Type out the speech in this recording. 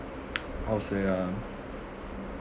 how to say ah